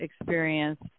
experience